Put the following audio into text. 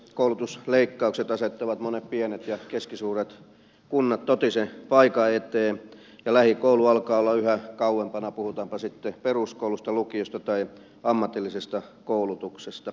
koulutusleikkaukset asettavat monet pienet ja keskisuuret kunnat totisen paikan eteen ja lähikoulu alkaa olla yhä kauempana puhutaanpa sitten peruskoulusta lukiosta tai ammatillisesta koulutuksesta